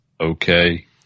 okay